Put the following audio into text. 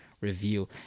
review